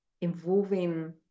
involving